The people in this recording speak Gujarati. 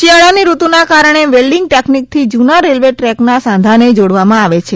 શિયાળાની ઋતુના કારણે વેલ્ડીંગ ટેકનીકથી જુના રેલવે ટ્રેકના સાંધાને જોડવામાં આવે છે